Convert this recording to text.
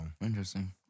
Interesting